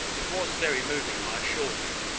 it was very moving, i assure you,